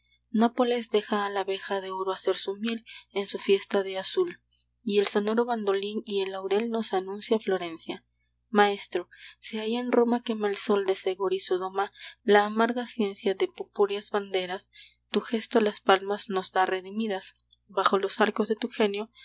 nápoles deja a la abeja de oro hacer su miel en su fiesta de azul y el sonoro bandolín y el laurel nos anuncia florencia maestro si allá en roma quema el sol de segor y sodoma la amarga ciencia de pupúreas banderas tu gesto las palmas nos da redimidas bajo los arcos de tu genio